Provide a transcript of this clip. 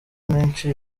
menshi